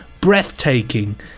breathtaking